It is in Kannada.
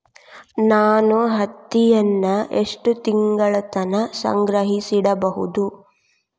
ನಾನು ಹತ್ತಿಯನ್ನ ಎಷ್ಟು ತಿಂಗಳತನ ಸಂಗ್ರಹಿಸಿಡಬಹುದು?